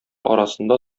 арасында